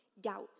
doubt